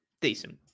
decent